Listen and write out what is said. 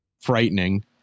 frightening